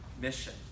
mission